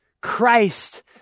Christ